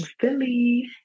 Philly